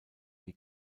die